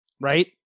right